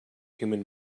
human